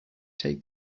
take